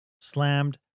slammed